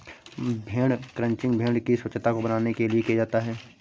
भेड़ क्रंचिंग भेड़ की स्वच्छता को बनाने के लिए किया जाता है